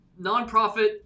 nonprofit